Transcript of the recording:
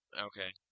Okay